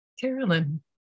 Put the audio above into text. Carolyn